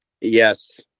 Yes